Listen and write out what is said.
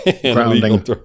Grounding